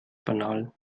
banal